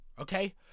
okay